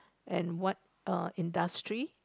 and what uh industry